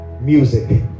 Music